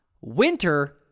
Winter